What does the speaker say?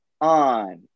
On